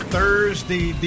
Thursday